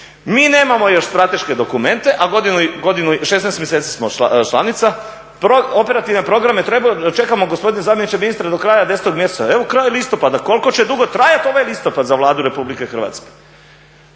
Mi nemamo još strateške dokumente, a 16 mjeseci smo članica, operativne programe, čekamo gospodine zamjeniče ministra do kraja 10. mjeseca. Evo, kraj listopada, koliko će dugo trajati ovaj listopad za Vladu RH? I treće,